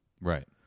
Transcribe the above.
Right